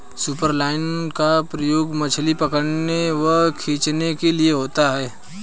superline का प्रयोग मछली पकड़ने व खींचने के लिए होता है